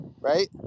Right